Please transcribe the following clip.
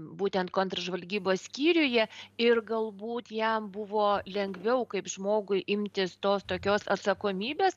būtent kontržvalgybos skyriuje ir galbūt jam buvo lengviau kaip žmogui imtis tos tokios atsakomybės